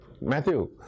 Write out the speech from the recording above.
Matthew